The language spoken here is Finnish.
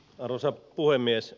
arvoisa puhemies